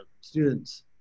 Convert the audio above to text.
students